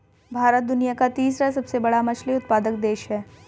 भारत दुनिया का तीसरा सबसे बड़ा मछली उत्पादक देश है